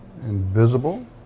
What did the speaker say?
Invisible